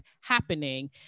happening